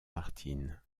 martin